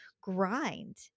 grind